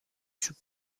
چوب